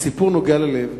זה סיפור נוגע ללב,